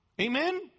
Amen